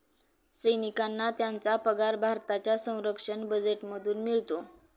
सैनिकांना त्यांचा पगार भारताच्या संरक्षण बजेटमधूनच मिळतो